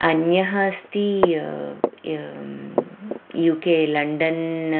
अन्यः अस्ति U K London